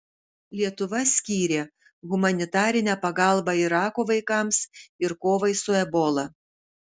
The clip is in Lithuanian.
lietuva skyrė humanitarinę pagalbą irako vaikams ir kovai su ebola